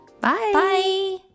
Bye